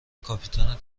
کاپیتان